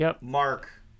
Mark